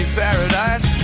paradise